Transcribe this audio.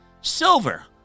silver